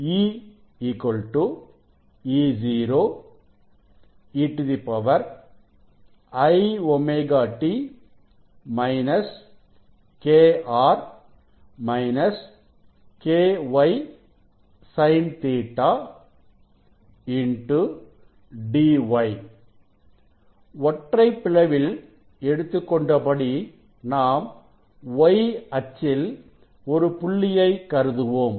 E E0 e iωt kR kY Sin Ɵ dy ஒற்றை பிளவில் எடுத்துக்கொண்ட படி நாம் y அச்சில் ஒரு புள்ளியை கருதுவோம்